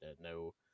no